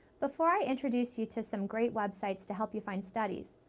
before i introduce you to some great web sites to help you find studies,